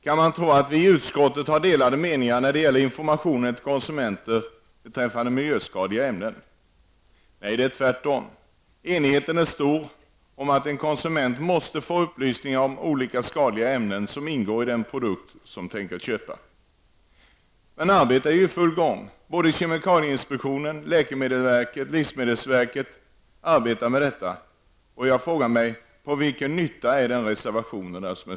Man kan tro att vi i utskottet har delade meningar när det gäller information till konsumenter beträffande miljöskadliga ämnen. Det är tvärtom. Enigheten är stor om att konsumenten måste få upplysningar om olika skadliga ämnen som ingår i den produkt konsumenten tänker köpa. Arbetet är i full gång på kemikalieinspektionen, läkemedelsverket och livsmedelsverket. Till vilken nytta är reservationerna?